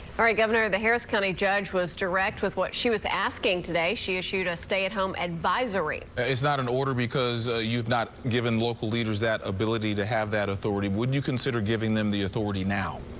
all right governor the harris county judge was direct with what she was asking today she issued a stay at home advisory is not an order because you've not given local leaders that ability to have that authority would you consider giving them the authority now.